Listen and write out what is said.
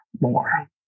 more